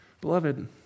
Beloved